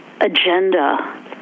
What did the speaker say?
agenda